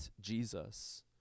Jesus